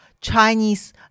chinese